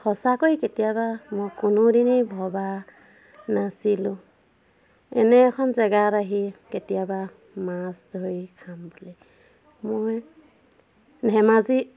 সঁচাকৈ কেতিয়াবা মই কোনো দিনেই ভবা নাছিলোঁ এনে এখন জেগাত আহি কেতিয়াবা মাছ ধৰি খাম বুলি মই ধেমাজি